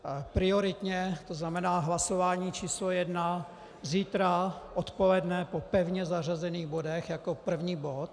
A prioritně, to znamená hlasování číslo jedna zítra odpoledne po pevně zařazených bodech jako první bod.